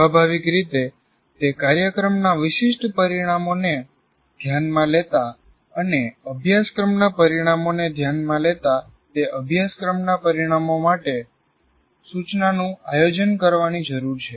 સ્વાભાવિક રીતે તે કાર્યક્રમના વિશિષ્ટ પરિણામોને ધ્યાનમાં લેતા અને અભ્યાસક્રમના પરિણામોને ધ્યાનમાં લેતા તે અભ્યાસક્રમના પરિણામો માટે સૂચનાનું આયોજન કરવાની જરૂર છે